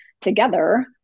together